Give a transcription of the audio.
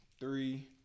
Three